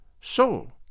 So